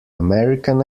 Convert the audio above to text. american